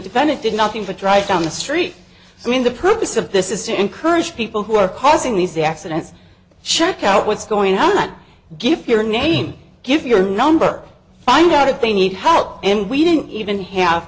defendant did nothing but drive down the street i mean the purpose of this is to encourage people who are causing these accidents check out what's going on give your name give me your number find out if they need help and we don't even have